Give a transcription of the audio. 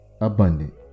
abundant